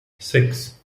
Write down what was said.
six